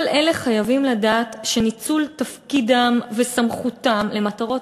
כל אלה חייבים לדעת שניצול תפקידם וסמכותם למטרות